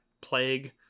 Plague